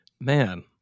man